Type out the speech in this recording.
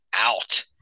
out